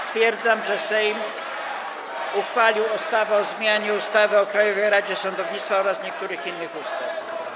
Stwierdzam, że Sejm uchwalił ustawę o zmianie ustawy o Krajowej Radzie Sądownictwa oraz niektórych innych ustaw.